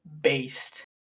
based